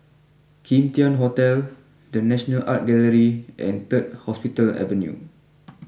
Kim Tian Hotel the National Art Gallery and third Hospital Avenue